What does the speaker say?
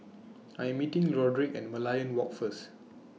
I Am meeting Roderic At Merlion Walk First